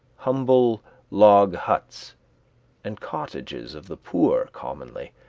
humble log huts and cottages of the poor commonly